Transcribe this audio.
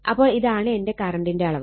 അപ്പോൾ ഇതാണ് എന്റെ കറണ്ടിന്റെ അളവ്